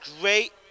Great